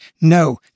No